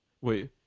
Wait